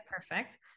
perfect